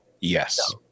Yes